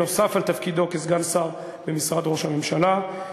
נוסף על תפקידו כסגן שר במשרד ראש הממשלה,